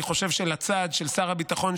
אני חושב שלצעד של שר הביטחון,